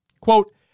Quote